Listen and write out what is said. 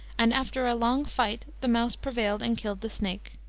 and after a long fight the mouse prevailed and killed the snake.